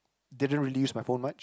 didn't really use my phone much